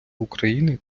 україни